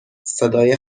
صدای